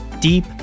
Deep